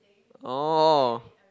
oh